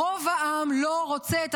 רוב העם לא רוצה שנאה וגזענות ואלימות,